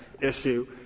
issue